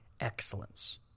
excellence